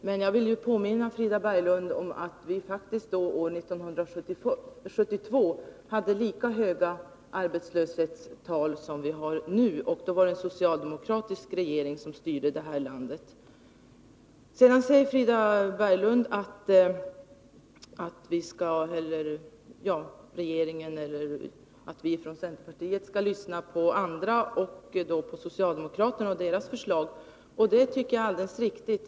Men jag vill påminna Frida Berglund om att vi faktiskt år 1972 hade lika höga arbetslöshetstal som vi har nu, och då var det en socialdemokratisk regering som styrde det här landet. Sedan säger Frida Berglund att regeringen och vi från centerpartiet skall lyssna på andra, dvs. på socialdemokraterna och deras förslag. Det tycker jag är alldeles riktigt.